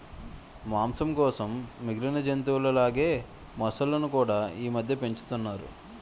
మాంసం కోసం మిగిలిన జంతువుల లాగే మొసళ్ళును కూడా ఈమధ్య పెంచుతున్నారు